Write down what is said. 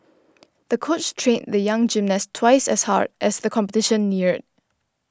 the coach trained the young gymnast twice as hard as the competition neared